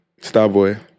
Starboy